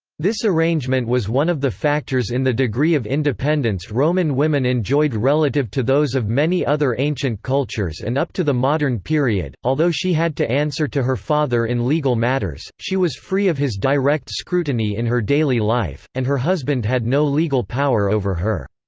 this arrangement was one of the factors in the degree of independence roman women enjoyed relative to those of many other ancient cultures and up to the modern period period although she had to answer to her father in legal matters, she was free of his direct scrutiny in her daily life, and her husband had no legal power over her.